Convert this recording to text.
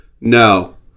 no